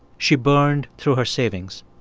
she burned through her savings.